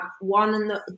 one